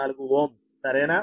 744Ω సరేనా